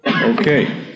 Okay